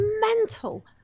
mental